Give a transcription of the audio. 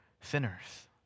sinners